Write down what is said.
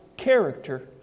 character